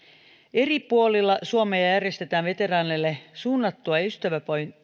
eri puolilla suomea kylläkin järjestetään veteraaneille suunnattua ystävätoimintaa